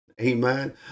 Amen